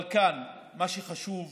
אבל מה שחשוב כאן,